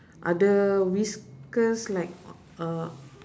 are the whiskers like uh